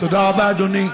תודה רבה, אדוני,